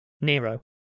Nero